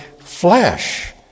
flesh